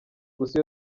gusa